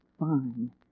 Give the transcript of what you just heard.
Fine